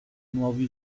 nuovi